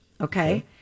okay